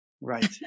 Right